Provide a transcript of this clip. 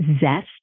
zest